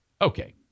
Okay